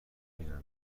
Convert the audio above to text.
بینمتون